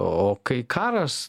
o kai karas